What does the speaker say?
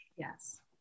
Yes